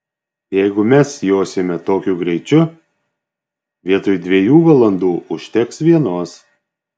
jeigu mes josime tokiu greičiu vietoj dviejų valandų užteks vienos